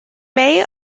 may